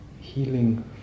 Healing